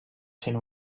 sent